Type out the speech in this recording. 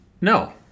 No